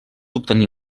obtenir